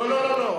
לא, לא, לא.